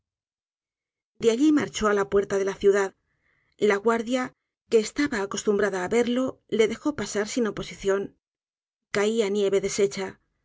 de alli marchó á la puerta de la ciudad la guardia que estaba acostumbrada á verlo le dejó pasar sin oposición caia nieve deshecha